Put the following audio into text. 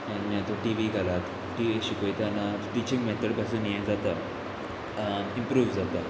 T V घालात टिवीक शिकयताना टिचींग मेथड पासून हें जाता इम्प्रूव जाता